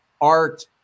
art